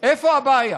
איפה הבעיה?